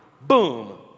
Boom